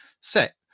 set